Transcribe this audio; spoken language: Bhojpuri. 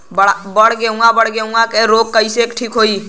बड गेहूँवा गेहूँवा क रोग कईसे ठीक होई?